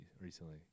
recently